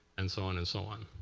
and so on and so on?